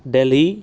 Delhi